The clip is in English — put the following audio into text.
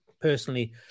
personally